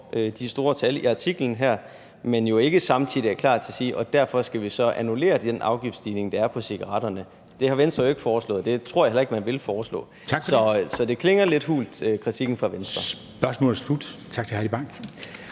de store tal i artiklen her, men jo ikke samtidig er klar til at sige, at vi så derfor skal annullere den afgiftsstigning, der er på cigaretterne. Det har Venstre jo ikke foreslået, og det tror jeg heller ikke at man vil foreslå. Så kritikken fra Venstre klinger lidt hult.